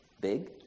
big